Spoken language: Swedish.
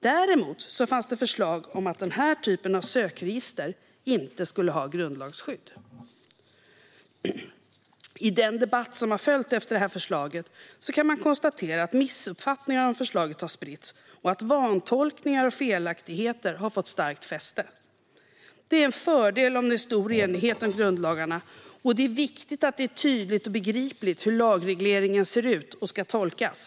Däremot finns förslag om att den typen av sökregister inte skulle ha grundlagsskydd. I den debatt som följt på förslaget kan man konstatera att missuppfattningar om förslaget har spritts och att vantolkningar och felaktigheter har fått starkt fäste. Det är en fördel om det råder stor enighet om grundlagarna, och det är viktigt att det är tydligt och begripligt hur lagregleringen ser ut och ska tolkas.